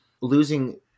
Losing